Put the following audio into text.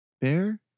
Bear